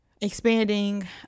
expanding